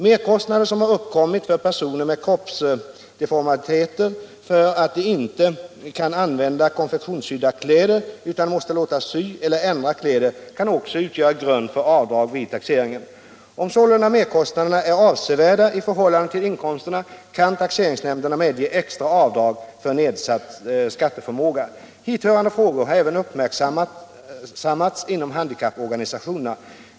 Merkostnader som har uppkommit för personer med kroppsdeformiteter för att de inte kan använda konfektionssydda kläder utan måste låta sy eller ändra kläder kan också utgöra grund för avdrag vid taxeringen. Om sålunda merkostnaderna är avsevärda i förhållande till inkomsterna kan taxeringsnämnderna medge extra avdrag för nedsatt skatteförmåga. Hithörande frågor har även uppmärksammats inom handikapporganisationerna.